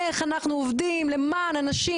איך אנחנו עובדים למען הנשים,